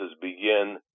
begin